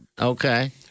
Okay